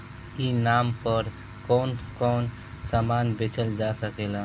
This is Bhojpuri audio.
ई नाम पर कौन कौन समान बेचल जा सकेला?